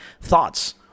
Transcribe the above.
thoughts